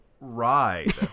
ride